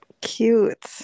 Cute